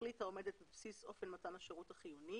בתכלית העומדת בבסיס אופן מתן השירות החיוני